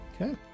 Okay